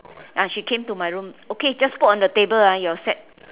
ah she came to my room okay just put on the table ah your set